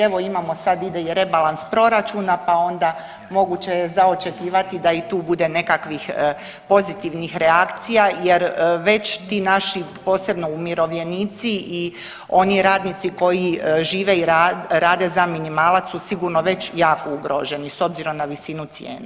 Evo imamo, sad ide i rebalans proračuna, pa onda moguće je za očekivati da i tu bude nekakvih pozitivnih reakcija jer već ti naši posebno umirovljenici i oni radnici koji žive i rade za minimalac su sigurno već jako ugroženi s obzirom na visinu cijena.